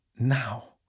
now